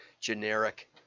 generic